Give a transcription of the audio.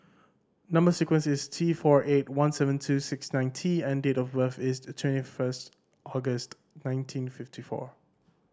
number sequence is T four eight one seven two six nine T and date of birth is twenty first August nineteen fifty four